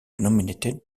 nominated